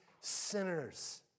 sinners